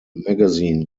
magazine